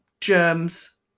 germs